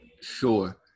sure